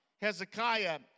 Hezekiah